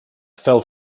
fell